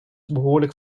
behoorlijk